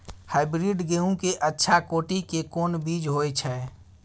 Hybrid गेहूं के अच्छा कोटि के कोन बीज होय छै?